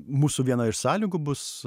mūsų viena iš sąlygų bus